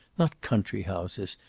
not country houses.